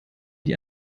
die